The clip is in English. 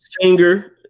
singer